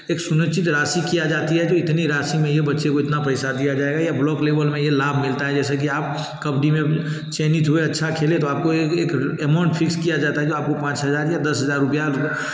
एक सुनिश्चित राशि किया जाती है जो इतनी राशि में ये बच्चे को इतना पैसा दिया जाएगा या ब्लॉक लेवल में ये लाभ मिलता है कि जैसे कि आप कबड्डी में चयनित हुए अच्छा खेले तो आप को एक एमाउंट फिक्स किया जाता है जो आप को पाँच हज़ार या दस हज़ार रुपये